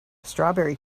strawberry